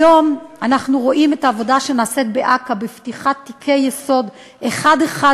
היום אנחנו רואים את העבודה שנעשית באכ"א בפתיחת תיקי יסוד אחד-אחד,